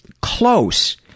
Close